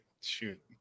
shoot